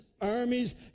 armies